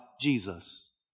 Jesus